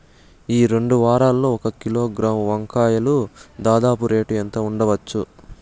ఈ రెండు వారాల్లో ఒక కిలోగ్రాము వంకాయలు దాదాపు రేటు ఎంత ఉండచ్చు?